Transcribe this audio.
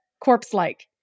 corpse-like